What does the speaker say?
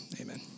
amen